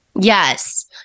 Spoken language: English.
Yes